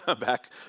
back